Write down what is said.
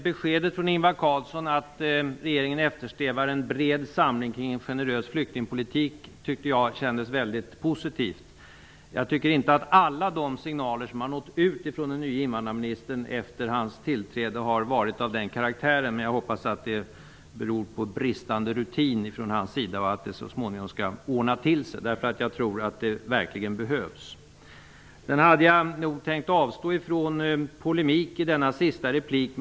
Beskedet från Ingvar Carlsson att regeringen eftersträvar en bred samling kring en generös flyktingpolitik tyckte jag kändes väldigt positivt. Jag tycker inte att alla de signaler som nått ut från den nye invandrarministern efter hans tillträde har varit av den karaktären. Men jag hoppas att det beror på bristande rutin från hans sida och att det så småningom skall ordna till sig, därför att jag tror att det verkligen behövs. Sedan hade jag nog tänkt avstå från polemik i detta sista inlägg.